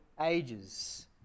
ages